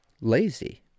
lazy